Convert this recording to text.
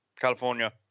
California